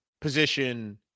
position